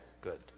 good